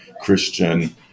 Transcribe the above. Christian